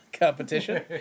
competition